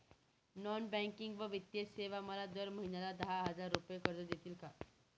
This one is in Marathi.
नॉन बँकिंग व वित्तीय सेवा मला दर महिन्याला दहा हजार रुपये कर्ज देतील का?